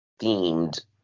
themed